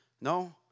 No